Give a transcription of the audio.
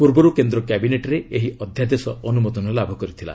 ପୂର୍ବରୁ କେନ୍ଦ୍ର କ୍ୟାବିନେଟ୍ରେ ଏହି ଅଧ୍ୟାଦେଶ ଅନୁମୋଦନ ଲାଭ କରିଥିଲା